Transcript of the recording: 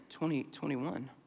2021